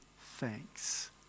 thanks